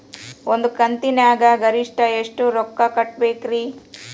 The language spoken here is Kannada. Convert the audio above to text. ಒಂದ್ ಕಂತಿನ್ಯಾಗ ಗರಿಷ್ಠ ಎಷ್ಟ ರೊಕ್ಕ ಕಟ್ಟಬೇಕ್ರಿ?